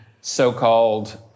so-called